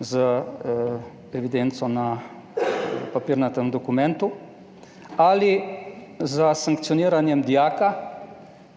z evidenco na papirnatem dokumentu ali s sankcioniranjem dijaka,